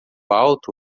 alto